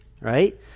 right